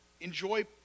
enjoy